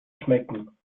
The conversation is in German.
schmecken